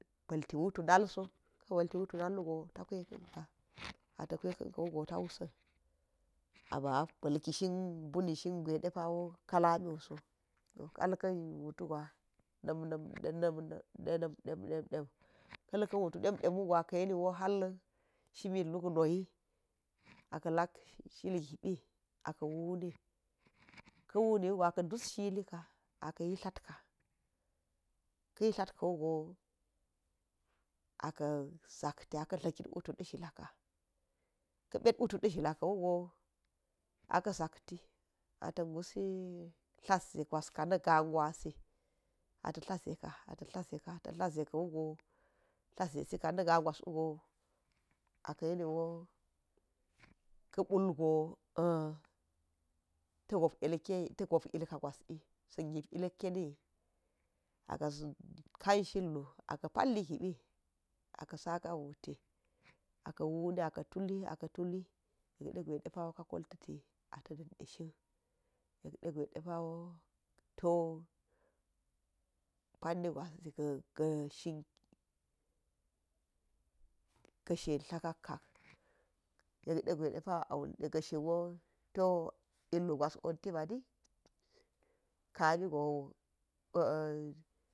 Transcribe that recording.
Ba̱l ti wutu nal so ka̱ ba̱l ti wutu nal wu go to a kwe ka̱n ka a ta̱ kwe ka̱n ka̱ wu go to awusịn a bị a bilki mbuni shin gwe depa ka̱ lami wuso, toh ka la̱ kan wutu gwa nam nam dem dem dem, ka̱ la ka̱n wutu dem dem wugo aka̱ yeniwo hal shi mi luk no wi a ka̱ la̱ shil gibi a ka wuni ka̱ wuni wugo a ka̱ dus shi lia a ka̱ yitalt ka ka̱ yitl ka̱ wugo a ka̱ zak ti a ka̱ ala̱ki wutu da̱ hilah ka, ka̱ bet wutu da̱ zhila̱ ka̱ wugo a ka̱ zak ti a ta̱ gusi talt ze gwaska na̱ ga̱ gwasi a ta̱ tatl zu ka a ta̱ tatl ze ka ta̱ tatl ze ka̱ wu go ta̱ tatl ze si ka na̱ ga gwas wugo a ka̱ ye ni wo ka ɓul go to gob yeke, ta̱ gob yilka gwas wi sa̱ gib yilke n iyi, a ka̱ kan shilwu a ka̱ pali gibi a ka̱ saka wuti, a ka̱ wuni a ka̱ tuli yede gwe de pawo ka kolta̱ti a ta̱ da̱n shin, ye de gwe de pawo to ani gwas ni ka̱ shin yek degwe ga̱ shin wo illu gas wonti mani, kami go.